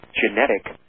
genetic